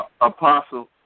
Apostle